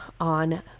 on